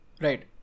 Right